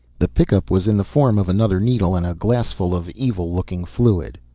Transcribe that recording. the pickup was in the form of another needle and a glassful of evil-looking fluid.